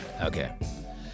Okay